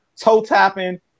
toe-tapping